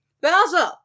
Bowser